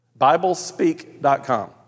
Biblespeak.com